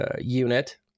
unit